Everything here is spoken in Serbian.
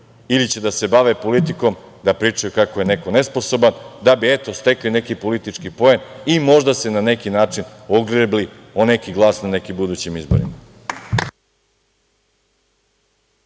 Ili će da se bave politikom da pričaju kako je neko nesposoban da bi, eto, stekli neki politički poen i možda se na neki način ogrebli o neki glas na nekim budućim izborima.